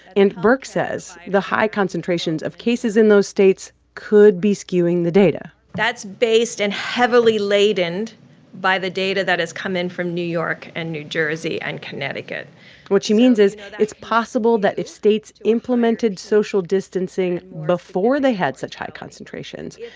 and birx says the high concentrations of cases in those states could be skewing the data that's based and heavily ladened by the data that has come in from new york and new jersey and connecticut what she means is it's possible that if states implemented social distancing before they had such high concentrations,